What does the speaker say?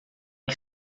que